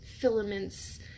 filaments